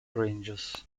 ranges